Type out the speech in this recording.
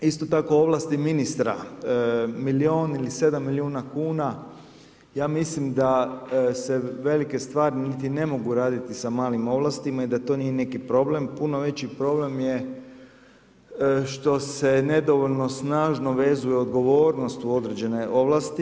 Isto tako ovlasti ministra, milijun ili 7 milijuna kuna, ja mislim da se velike stvari niti ne mogu raditi sa malim ovlastima i da to nije neki problem. puno veći problem je što se nedovoljno snažno vezuje odgovornost u određene ovlasti.